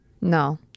No